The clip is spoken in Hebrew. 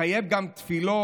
זה מחייב גם תפילות.